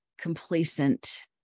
complacent